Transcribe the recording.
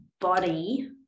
body